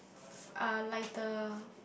a lighter